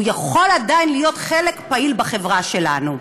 והוא יכול עדיין להיות חלק פעיל בחברה שלנו.